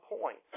point